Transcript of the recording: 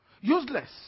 useless